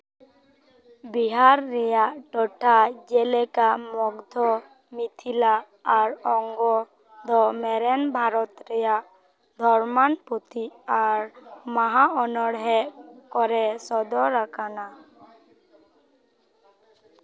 ᱵᱤᱦᱟᱨ ᱨᱮᱭᱟᱜ ᱴᱚᱴᱷᱟ ᱡᱮᱞᱮᱠᱟ ᱢᱚᱜᱽᱫᱷᱚ ᱢᱤᱛᱷᱤᱞᱟ ᱟᱨ ᱚᱝᱜᱚ ᱫᱚ ᱢᱮᱨᱮᱱ ᱵᱷᱟᱨᱚᱛ ᱨᱮᱭᱟᱜ ᱫᱷᱚᱨᱚᱢᱟᱱ ᱯᱩᱛᱷᱤ ᱟᱨ ᱢᱟᱦᱟ ᱚᱱᱚᱬᱦᱮᱸ ᱠᱚᱨᱮ ᱥᱚᱫᱚᱨᱟᱠᱟᱱᱟ